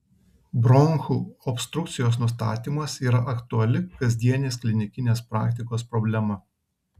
bronchų obstrukcijos nustatymas yra aktuali kasdienės klinikinės praktikos problema